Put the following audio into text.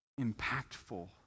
impactful